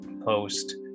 post